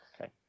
okay